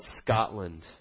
Scotland